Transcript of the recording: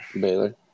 Baylor